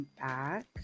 back